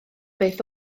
beth